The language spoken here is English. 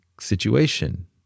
situation